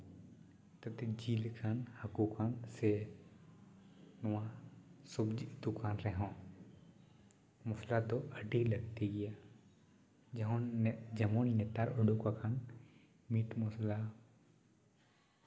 ᱛᱟᱛᱮ ᱡᱤᱞ ᱠᱟᱱ ᱦᱟᱹᱠᱩ ᱠᱟᱱ ᱥᱮ ᱱᱚᱣᱟ ᱥᱚᱵᱡᱤ ᱩᱛᱩ ᱠᱟᱱ ᱨᱮᱦᱚᱸ ᱢᱚᱥᱞᱟ ᱫᱚ ᱟᱹᱰᱤ ᱞᱟᱹᱠᱛᱤ ᱜᱮᱭᱟ ᱡᱮᱢᱚᱱ ᱡᱮᱢᱚᱱ ᱱᱮᱛᱟᱨ ᱳᱰᱳᱜᱟᱠᱟᱱ ᱢᱤᱴ ᱢᱚᱥᱞᱟ